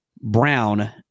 brown